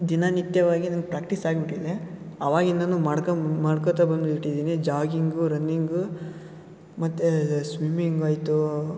ದಿನನಿತ್ಯವಾಗಿ ನಂಗೆ ಪ್ರಾಕ್ಟೀಸ್ ಆಗಿಬಿಟ್ಟಿದೆ ಅವಾಗಿಂದನೂ ಮಾಡ್ಕಂ ಮಾಡ್ಕೋತ ಬಂದುಬಿಟ್ಟಿದ್ದೀನಿ ಜಾಗಿಂಗು ರನ್ನಿಂಗು ಮತ್ತು ಸ್ವಿಮ್ಮಿಂಗಾಯಿತು